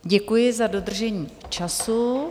Děkuji za dodržení času.